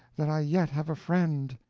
that i yet have a friend.